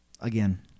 Again